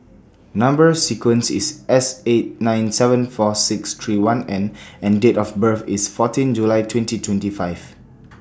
Number sequence IS S eight nine seven four six three one N and Date of birth IS fourteen July twenty twenty five